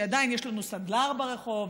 שעדיין יש לנו סנדלר ברחוב,